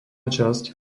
časť